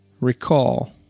Recall